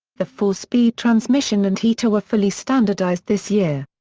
the four-speed transmission and heater were fully standardized this year.